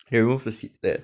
they remove the seats there